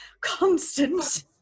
constant